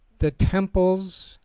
the temples,